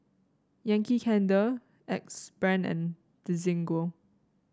Yankee Candle Axe Brand and Desigual